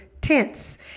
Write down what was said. tense